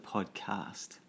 Podcast